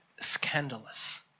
scandalous